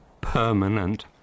Permanent